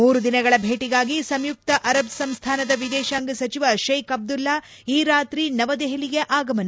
ಮೂರು ದಿನಗಳ ಭೇಟಿಗಾಗಿ ಸಂಯುಕ್ಷ ಅರಬ್ ಸಂಸ್ನಾನದ ವಿದೇಶಾಂಗ ಸಚಿವ ಶೇಖ್ ಅಬ್ಲಲ್ಲಾ ಈ ರಾತ್ರಿ ನವದೆಹಲಿಗೆ ಆಗಮನ